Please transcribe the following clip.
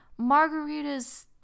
margaritas